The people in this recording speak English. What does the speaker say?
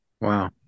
Wow